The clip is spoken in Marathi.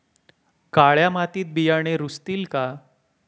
काळ्या मातीत बियाणे रुजतील का?